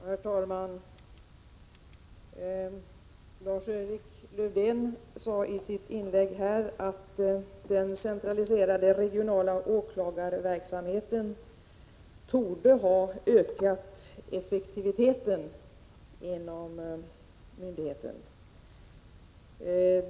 Herr talman! Lars-Erik Lövdén sade i sitt inlägg att den centraliserade regionala åklagarverksamheten torde ha ökat effektiviteten inom myndigheten.